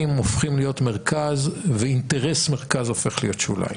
הופכים להיות מרכז ואינטרס מרכז הופך להיות שוליים.